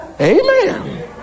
Amen